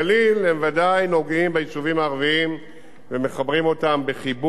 נוגעים ביישובים הערביים ומחברים אותם חיבור משמעותי,